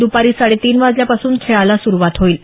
दुपारी साडे तीन वाजल्यापासून खेळाला सुरुवात होईल